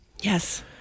yes